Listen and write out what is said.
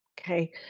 Okay